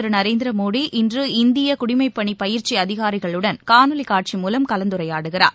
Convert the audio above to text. திருநரேந்திரமோடி இன்று இந்தியகுடிமைபணிபயிற்சிஅதிகாரிகளுடன் காணொலிகாட்சிமுலம் கலந்துரையாடுகிறார்